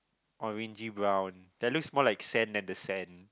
orangy brown that looks more like the sand than the sand